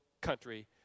country